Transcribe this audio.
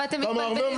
אבל אתם מתבלבלים.